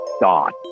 God